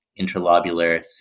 interlobular